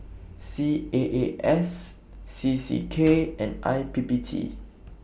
C A A S C C K and I P P T